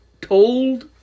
told